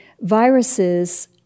viruses